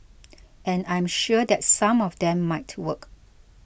and I am sure that some of them might work